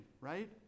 right